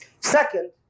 Second